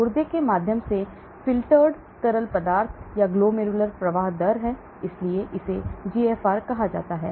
गुर्दे के माध्यम से फ़िल्टर्ड तरल पदार्थ का ग्लोमेरुलर प्रवाह दर इसलिए इसे जीएफआर कहा जाता है